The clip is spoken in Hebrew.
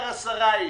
מותר עשרה איש,